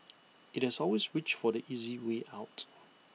IT has always reached for the easy way out